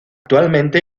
actualmente